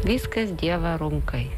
viskas dievo runkoj